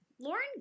Lauren